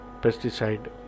pesticide